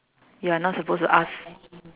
you are not supposed to ask